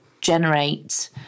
generate